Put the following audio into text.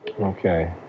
Okay